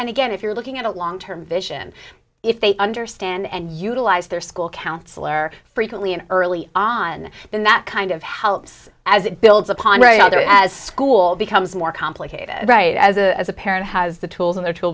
and again if you're looking at a long term vision if they understand and utilize their school counselor frequently and early on then that kind of helps as it builds upon right there as school becomes more complicated right as a parent has the tools in their t